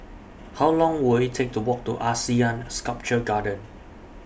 How Long Will IT Take to Walk to Asean Sculpture Garden